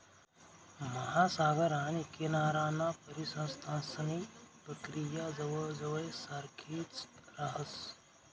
महासागर आणि किनाराना परिसंस्थांसनी प्रक्रिया जवयजवय सारखीच राहस